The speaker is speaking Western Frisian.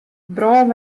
brân